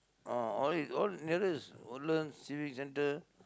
or all is all is nearest Woodlands civics centre